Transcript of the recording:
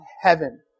heaven